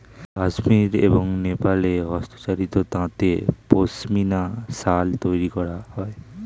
কাশ্মীর এবং নেপালে হস্তচালিত তাঁতে পশমিনা শাল তৈরি করা হয়